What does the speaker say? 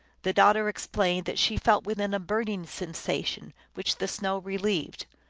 the daughter explained that she felt within a burning sensation, which the snow relieved.